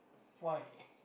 why